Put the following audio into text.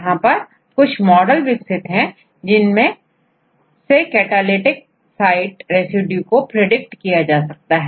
इस इंफॉर्मेशन का उपयोग करयहां पर कुछ मॉडल विकसित है जिनसे कैटालिटिक साइड रेसिड्यू को आईडेंटिफाई कर उन्होंने सभी एंजाइम्स के कैटालिटिक साइट रेसिड्यूको फ्रीडिक्ट किया है